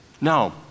No